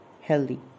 healthy